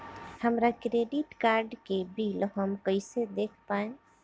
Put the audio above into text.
हमरा credit card के bill हम कइसे देख पाएम?